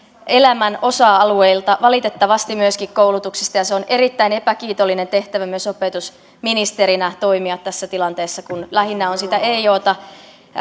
elämän osa alueilta valitettavasti myöskin koulutuksesta ja se on erittäin epäkiitollinen tehtävä myös opetusministerinä toimia tässä tilanteessa kun lähinnä on sitä eioota